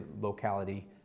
locality